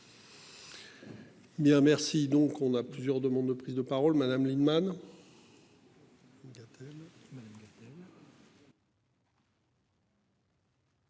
Donc on a plusieurs demandes de prise de parole Madame Lienemann.